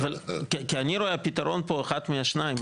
אני רואה שהפתרון פה הוא אחד מהשניים.